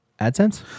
AdSense